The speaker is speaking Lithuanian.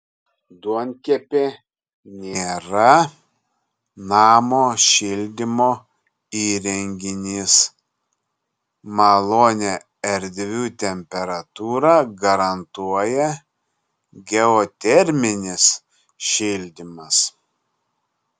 duonkepė nėra namo šildymo įrenginys malonią erdvių temperatūrą garantuoja geoterminis šildymas